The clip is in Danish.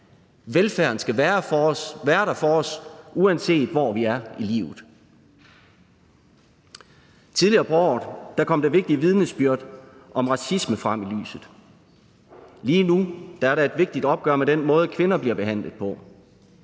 Velfærden skal være der for os, uanset hvor vi er i livet. Tidligere på året kom der vigtige vidnesbyrd om racisme frem i lyset. Lige nu er der et vigtigt opgør med den måde, kvinder bliver behandlet på.